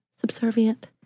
subservient